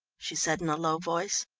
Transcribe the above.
she said in a low voice.